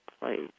place